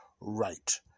right